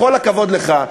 בכל הכבוד לך,